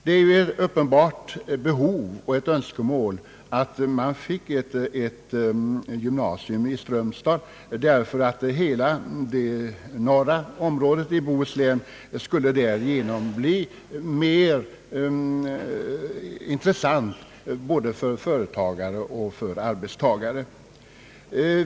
Det är uppenbart ett behov av gymnasium i Strömstad — hela norra Bohuslän skulle därigenom bli mer intressant för både företagare och arbetstagare.